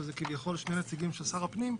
שזה כביכול שני נציגים של שר הפנים,